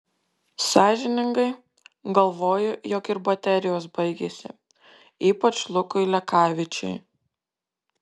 sąžiningai galvoju jog ir baterijos baigėsi ypač lukui lekavičiui